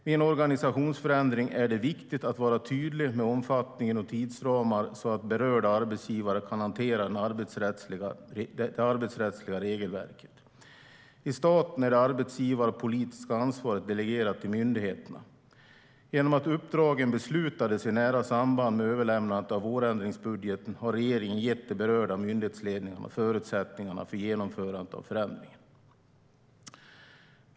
Vid en organisationsförändring är det viktigt att vara tydlig med omfattningen och tidsramar så att berörda arbetsgivare kan hantera det arbetsrättsliga regelverket. I staten är det arbetsgivarpolitiska ansvaret delegerat till myndigheterna. Genom att uppdragen beslutades i nära samband med överlämnandet av vårändringsbudgeten har regeringen gett de berörda myndighetsledningarna förutsättningarna för genomförandet av förändringen.